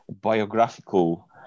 biographical